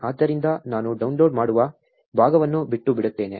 ಆದ್ದರಿಂದ ನಾನು ಡೌನ್ಲೋಡ್ ಮಾಡುವ ಭಾಗವನ್ನು ಬಿಟ್ಟುಬಿಡುತ್ತೇನೆ